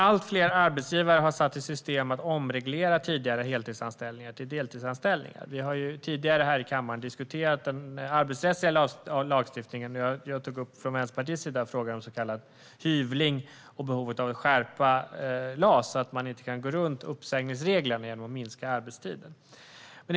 Allt fler arbetsgivare har satt i system att omreglera tidigare heltidsanställningar till deltidsanställningar. Vi har tidigare här i kammaren diskuterat den arbetsrättsliga lagstiftningen. Jag tog från Vänsterpartiets sida upp frågan om så kallad hyvling och behovet av att skärpa LAS så att man inte kan gå runt uppsägningsreglerna genom att minska arbetstiden.